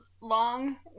Long